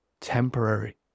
temporary